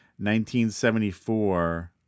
1974